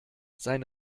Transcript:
sein